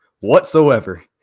whatsoever